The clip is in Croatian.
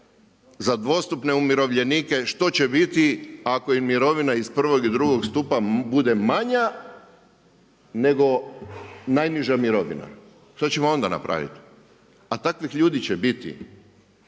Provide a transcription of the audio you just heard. za dvostupne umirovljenike, što će biti ako im je mirovina iz prvog i drugog stupa bude manja nego najniža mirovina. Što ćemo onda napraviti? A takvih ljudi će biti.